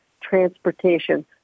transportation